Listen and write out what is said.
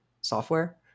software